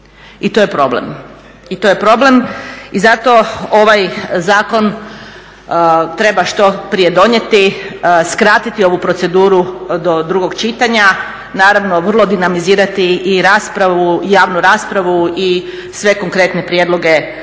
i to je problem. I to je problem. I zato ovaj zakon treba što prije donijeti, skratiti ovu proceduru do drugog čitanja, naravno vrlo dinamizirati i raspravu, javnu raspravu i sve konkretne prijedloge uključiti.